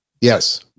yes